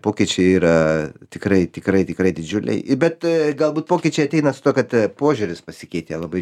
pokyčiai yra tikrai tikrai tikrai didžiuliai i bet galbūt pokyčiai ateina su tuo kad požiūris pasikeitė labai